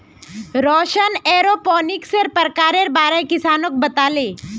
रौशन एरोपोनिक्सेर प्रकारेर बारे किसानक बताले